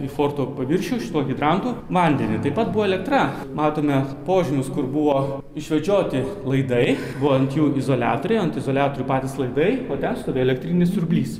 į forto paviršių šituo hidrantu vandenį taip pat buvo elektra matome požymius kur buvo išvedžioti laidai buvo ant jų izoliatoriai ant izoliatorių patys laidai o ten stovėjo elektrinis siurblys